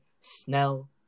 Snell